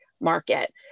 market